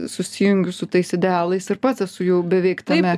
susijungiu su tais idealais ir pats esu jau beveik tame